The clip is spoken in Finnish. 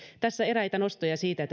tässä eräitä nostoja siitä